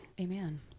Amen